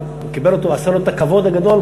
עשה לו את הכבוד הגדול,